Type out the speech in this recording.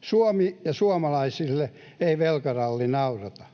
Suomea ja suomalaisia ei velkaralli naurata.